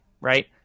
right